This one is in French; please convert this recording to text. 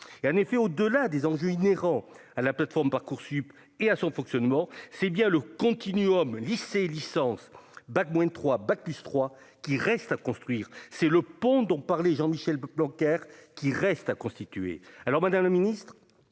et en effet, au delà des enjeux inhérents à la plateforme Parcoursup et à son fonctionnement, c'est bien le continuum lycée licence bac moins 3 bac plus trois qui reste à construire, c'est le pont dont parlait Jean Michel bancaire qui reste à constituer, alors Madame le Ministre,